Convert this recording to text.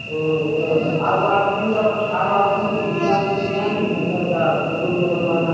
वह तो औरों आदमी सब आरों आदमी सबके बुला कर लेकर आएँगे घर पर का फोटो वोटो बनवाना है